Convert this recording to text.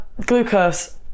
Glucose